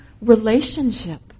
relationship